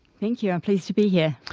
thank you, i'm pleased to be here.